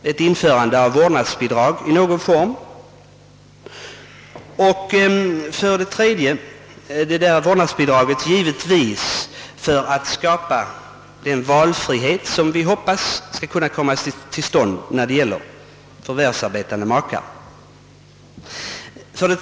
Ett vårdnadsbidrag bör i någon form införas. Detta vårdnadsbidrag bör givetvis tillkomma för att skapa den valfrihet som vi hoppas skall kunna komma till stånd när det gäller förvärvsarbetande makar.